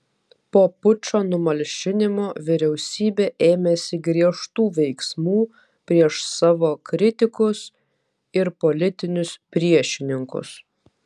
po pučo numalšinimo vyriausybė ėmėsi griežtų veiksmų prieš savo kritikus ir politinius priešininkus